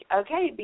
okay